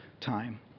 time